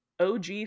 og